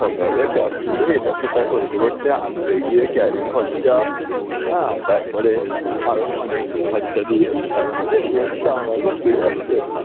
সরকারকে ট্যাক্স দিয়ে এটা সেটা করতে করতে আনতে গিয়ে ক্যারিং খরচা তারপরে আরো অনেক খরচা দিয়ে তারপরে এই জন্যই দাম এখন বেড়ে যাচ্ছে আর কি